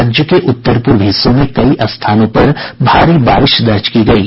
राज्य के उत्तर पूर्व हिस्सों में कई स्थानों पर भारी बारिश दर्ज की गयी